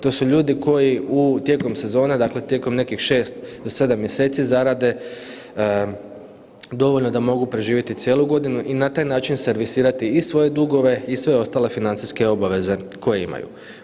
To su ljudi koji u, tijekom sezone, dakle tijekom nekih 6 do 7 mjeseci zarade dovoljno da mogu preživjeti cijelu godinu i na taj način servisirati i svoje dugove i sve ostale financijske obaveze koje imaju.